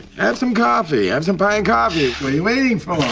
have some coffee! have some pie and coffee! what are you waiting for?